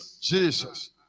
Jesus